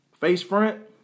face-front